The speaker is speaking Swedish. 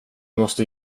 måste